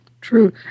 True